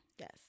yes